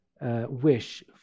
wish